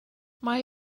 mae